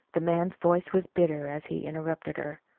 the man's voice was bitter as he interrupted her.